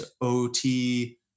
OT